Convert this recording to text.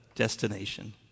destination